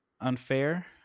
unfair